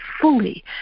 fully